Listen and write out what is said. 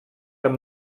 amb